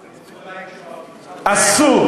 אסור.